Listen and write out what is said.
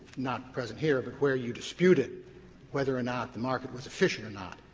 not present here, but where you disputed whether or not the market was efficient or not,